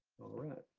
alright.